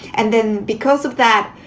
and then because of that,